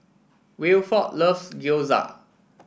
Wilford loves Gyoza